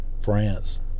France